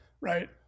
right